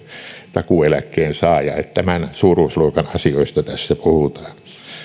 takuueläkkeen saaja että tämän suuruusluokan asioista tässä puhutaan